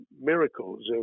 miracles